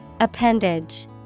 Appendage